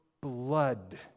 blood